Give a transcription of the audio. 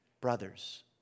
brothers